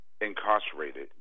incarcerated